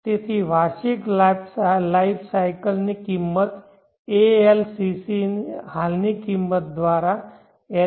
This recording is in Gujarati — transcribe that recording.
તેથી વાર્ષિક લાઈફ સાયકલ ની કિંમત ALCC હાલની કિંમત દ્વારા LCC